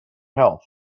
health